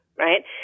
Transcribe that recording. Right